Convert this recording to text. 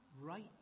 right